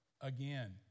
again